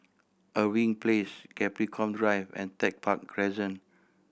Irving Place Capricorn Drive and Tech Park Crescent